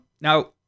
Now